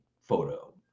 photo